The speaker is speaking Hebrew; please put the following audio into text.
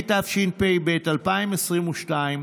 התשפ"ב 2022,